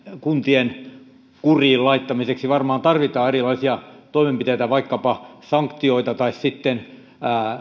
kuntien kuriin laittamiseksi varmaan tarvitaan erilaisia toimenpiteitä vaikkapa sanktioita tai sitten